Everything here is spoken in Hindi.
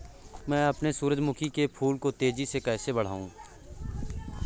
मैं अपने सूरजमुखी के फूल को तेजी से कैसे बढाऊं?